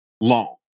long